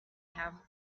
have